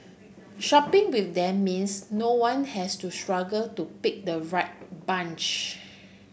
shopping with them means no one has to struggle to pick the right bunch